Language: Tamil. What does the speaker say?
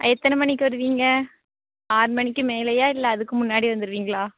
எத்தனை மணிக்கு வருவீங்க ஆறு மணிக்கு மேலையா இல்லை அதுக்கு முன்னாடி வந்துடுவீங்களா